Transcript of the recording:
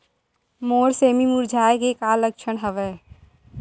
मोर सेमी मुरझाये के का लक्षण हवय?